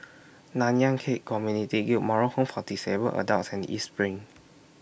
Nanyang Khek Community Guild Moral Home For Disabled Adults and East SPRING